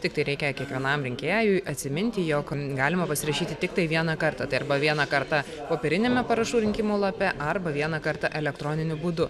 tiktai reikia kiekvienam rinkėjui atsiminti jog galima pasirašyti tiktai vieną kartą tai arba vieną kartą popieriniame parašų rinkimo lape arba vieną kartą elektroniniu būdu